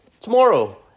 Tomorrow